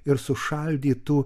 ir sušaldytų